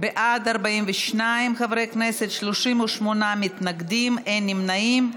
בעד, 42 חברי כנסת, 38 מתנגדים, אין נמנעים.